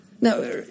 Now